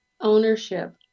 ownership